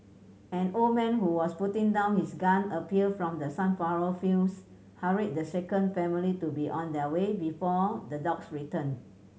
an old man who was putting down his gun appeared from the sunflower fields hurried the shaken family to be on their way before the dogs return